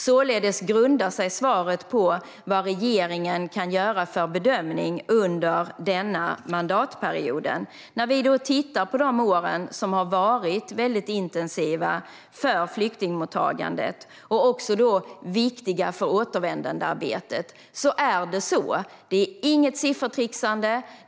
Svaret grundade sig således på vad regeringen kan göra för bedömning under mandatperioden. När vi tittar på de år som har varit väldigt intensiva för flyktingmottagandet och viktiga för återvändandearbetet ser vi att det inte är något siffertrixande.